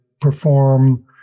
perform